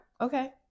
Okay